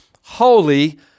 Holy